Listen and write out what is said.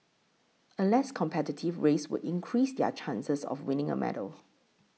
a less competitive race would increase their chances of winning a medal